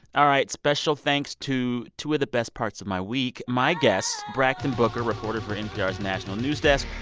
all right, special thanks to two of the best parts of my week, my guests brakkton booker, reporter for npr's national news desk,